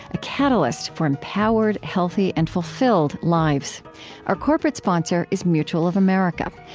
a catalyst for empowered, healthy, and fulfilled lives our corporate sponsor is mutual of america.